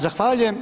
Zahvaljujem.